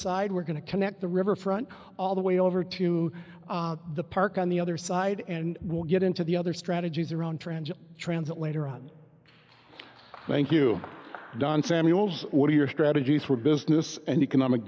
side we're going to connect the riverfront all the way over to the park on the other side and we'll get into the other strategies around trench transit later on thank you don samuels what are your strategies for business and economic